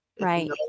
Right